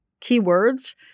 keywords